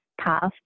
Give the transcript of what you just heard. path